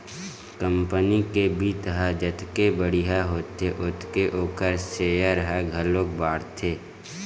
company के बित्त ह जतके बड़िहा होथे ओतके ओखर सेयर ह घलोक बाड़थे